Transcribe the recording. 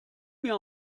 mir